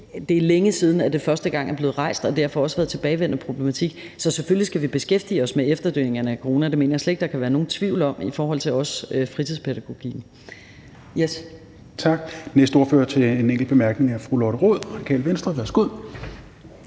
det er længe siden, at det første gang er blevet rejst, og det har derfor også været en tilbagevendende problematik. Så selvfølgelig skal vi beskæftige os med efterdønningerne af corona – det mener jeg slet ikke der kan være nogen tvivl om – også i forhold til fritidspædagogikken. Kl. 10:15 Tredje næstformand (Rasmus Helveg Petersen):